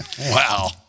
Wow